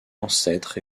ancêtres